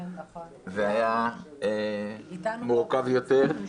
זה היה מורכב יותר.